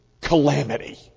calamity